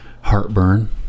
heartburn